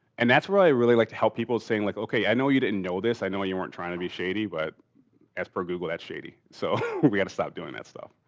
and that's where i really like to help people saying like, okay, i know you didn't know this, i know you weren't trying to be shady, but as per google that's shady. so, we got to stop doing that stuff.